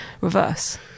reverse